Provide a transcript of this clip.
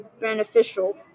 beneficial